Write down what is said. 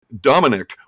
Dominic